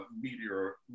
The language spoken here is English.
meteor